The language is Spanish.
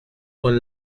con